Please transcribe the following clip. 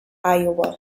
iowa